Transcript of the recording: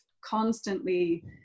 constantly